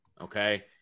okay